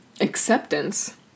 acceptance